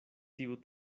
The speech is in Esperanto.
tiu